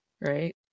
right